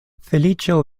feliĉo